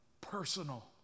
personal